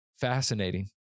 Fascinating